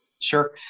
Sure